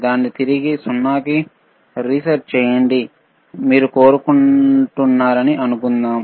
దాన్ని తిరిగి 0 కి రీసెట్ చేయండి మీరు కోరుకుంటున్నారని అనుకుందాం